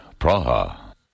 Praha